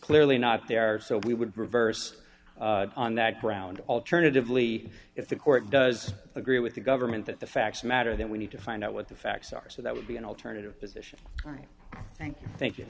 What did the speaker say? clearly not there so we would be reversed on that ground alternatively if the court does agree with the government that the facts matter then we need to find out what the facts are so that would be an alternative position all right thank you thank you